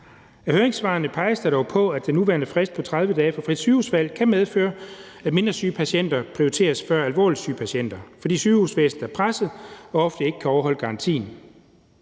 I høringssvarene peges der dog på, at den nuværende frist på 30 dage for frit sygehusvalg kan medføre, at mindre syge patienter prioriteres før alvorligt syge patienter, fordi sygehusvæsenet er presset og ofte ikke kan overholde garantien.